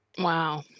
Wow